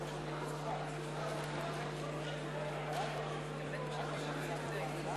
6. בעד ההסתייגות,